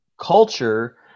culture